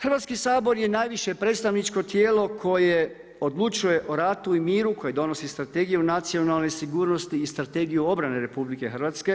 Hrvatski sabor je najviše predstavničko tijelo koje odlučuje o ratu i miru, koje donosi Strategiju nacionalne sigurnosti i Strategiju obrane RH.